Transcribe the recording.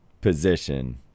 position